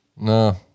No